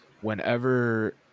whenever